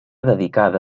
dedicada